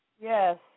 Yes